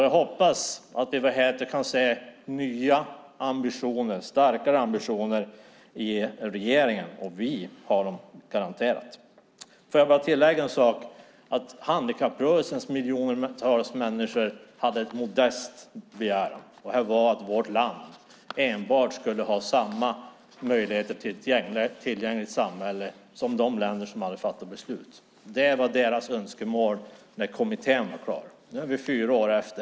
Jag hoppas att vi får se nya och starkare ambitioner hos regeringen, och vi har dem garanterat. Jag vill bara tillägga en sak, att handikapprörelsens miljontals människor hade en modest begäran, och det var att alla i vårt land skulle ha samma möjligheter till ett tillgängligt samhälle som man har i de länder som har fattat beslut. Det var deras önskemål när kommittén var klar med sitt arbete. Nu ligger vi fyra år efter.